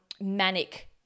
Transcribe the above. manic